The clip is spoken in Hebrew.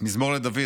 "מזמור לדוד.